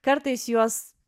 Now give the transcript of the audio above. kartais juos